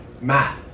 Matt